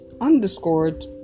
underscored